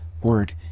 word